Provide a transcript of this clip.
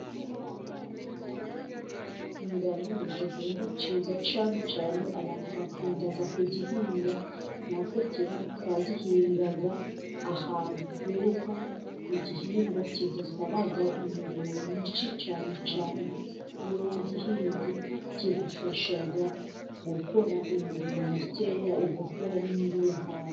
Ingano ni igihingwa cyiza cyane cyane, abantu bakunda kugihinga, natwe kera twagihingaga ahantu heza, ni igihingwa kidasaba imirimo myinshi cyane cyane, iyo wagihinze kigufasha gukora imirimo mikeya ugakora n'indi y'ahandi.